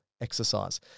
exercise